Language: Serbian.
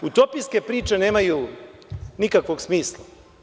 Utopijske priče nemaju nikakvog smisla.